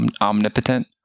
omnipotent